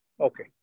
Okay